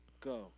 go